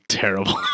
terrible